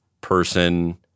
person